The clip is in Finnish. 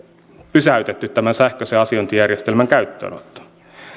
pysäytetty tämä sähköisen asiointijärjestelmän käyttöönotto